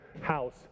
house